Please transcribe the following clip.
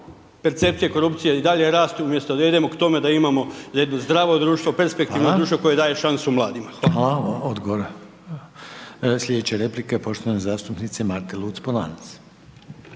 percepcije, korupcije i dalje rasti umjesto da idemo k tome da imamo jedno zdravo društvo, perspektivno društvo…/Upadica: Hvala/…koje daje šansu mladima.